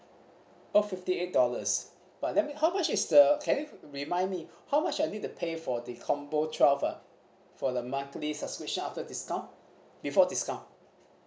oh fifty eight dollars but let me how much is the can you remind me how much I need to pay for the combo twelve ah for the monthly subscription after discount before discount